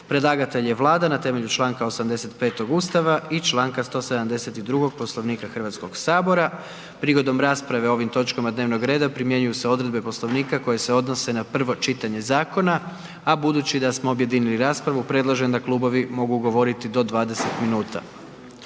Predlagatelj je Vlada na temelju čl. 85. Ustava i čl. 172. Poslovnika Hrvatskog sabora. Prigodom rasprave o ovim točkama dnevnog reda primjenjuju se odredbe Poslovnika koje se odnose na prvo čitanje zakona a budući da smo objedinili raspravu, predlažem da klubovi mogu govoriti do 20 minuta.